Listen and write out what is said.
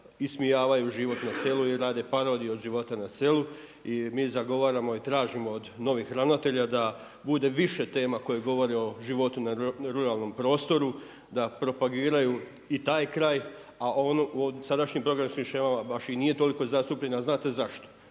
ismijavaju život na selu i rade parodiju od života na selu. I mi zagovaramo i tražimo od novih ravnatelja da bude više tema koje govore o životu na ruralnom prostoru, da propagiraju i taj kraj a ono, sadašnji programi u svim shemama baš i nije toliko zastupljen, a znate zašto?